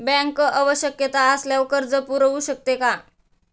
Bank आवश्यकता असल्यावर कर्ज पुरवू शकते का?